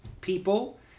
people